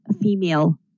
female